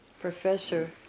professor